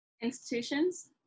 Institutions